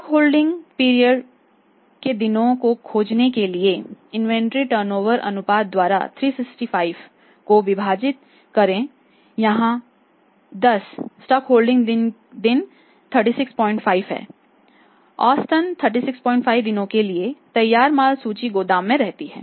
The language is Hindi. स्टॉक होल्डिंग पीरियड के दिनों को खोजने के लिए इन्वेंट्री टर्नओवर अनुपात द्वारा 365 को विभाजित करें यहां 10 स्टॉक होल्डिंग का दिन 365 है औसतन 365 दिनों के लिए तैयार माल सूची गोदाम में रहती है